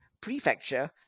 prefecture